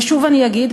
ושוב אני אגיד,